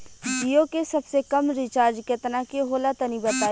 जीओ के सबसे कम रिचार्ज केतना के होला तनि बताई?